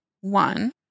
one